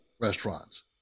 restaurants